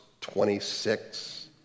26